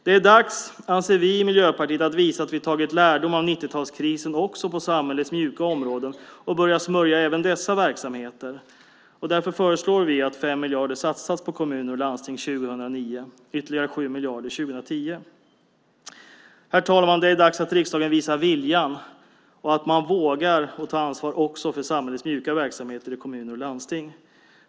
Det är dags, anser vi i Miljöpartiet, att visa att vi tagit lärdom av 90-talskrisen också på samhällets mjuka områden och börja smörja även dessa verksamheter. Därför föreslår vi att 5 miljarder satsas på kommuner och landsting 2009 och ytterligare 7 miljarder 2010. Herr talman! Det är dags att riksdagen visar viljan och att man vågar ta ansvar också för samhällets mjuka verksamheter i kommuner och landsting.